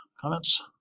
Comments